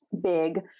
big